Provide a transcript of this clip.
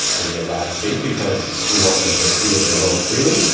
and the lab is big because we want them to be able to roam freely.